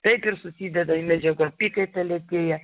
taip ir susideda ir medžiagų apykaita lėtėja